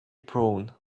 prone